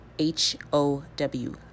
H-O-W